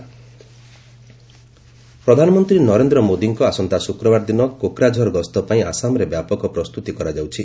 PM Kokrajhar visit ପ୍ରଧାନମନ୍ତ୍ରୀ ନରେନ୍ଦ୍ର ମୋଦିଙ୍କ ଆସନ୍ତା ଶୁକ୍ରବାର ଦିନ କୋକ୍ରାଝର ଗସ୍ତ ପାଇଁ ଆସାମରେ ବ୍ୟାପକ ପ୍ରସ୍ତୁତି କରାଯାଉଛି